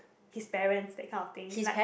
his parents that kind of thing like